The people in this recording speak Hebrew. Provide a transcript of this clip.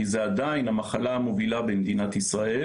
כי זה עדיין המחלה המובילה במדינת ישראל